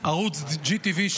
ערוץ GTV,